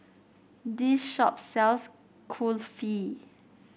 this shop sells Kulfi